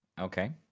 Okay